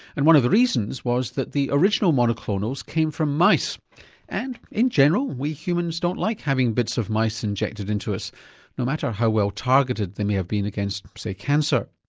and one of the reasons was that the original monoclonals came from mice and in general we humans don't like having bits of mice injected into us no matter how well targeted they may have been against say cancer.